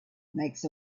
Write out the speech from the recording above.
makes